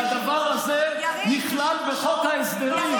והדבר הזה נכלל בחוק ההסדרים.